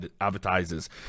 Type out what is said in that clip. advertisers